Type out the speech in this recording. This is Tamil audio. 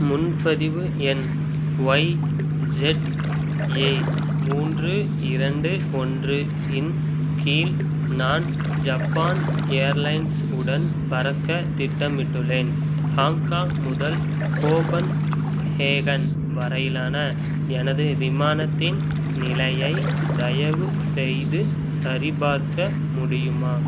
முன்பதிவு எண் ஒய்இஜெட்ஏ மூன்று இரண்டு ஒன்று இன் கீழ் நான் ஜப்பான் ஏர்லைன்ஸ் உடன் பறக்க திட்டமிட்டுள்ளேன் ஹாங்காங் முதல் கோபன்ஹேகன் வரையிலான எனது விமானத்தின் நிலையை தயவுசெய்து சரிபார்க்க முடியுமா